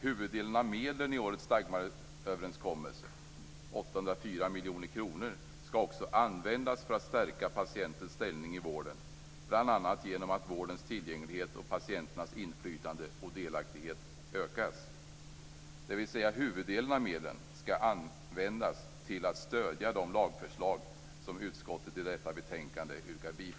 Huvuddelen av medlen i årets Dagmaröverenskommelse, 804 miljoner kronor, skall användas för att stärka patientens ställning i vården bl.a. genom att vårdens tillgänglighet och patienternas inflytande och delaktighet ökas, dvs. att huvuddelen av medlen skall användas till att stödja de lagstiftningsförslag som utskottet i detta betänkande tillstyrker.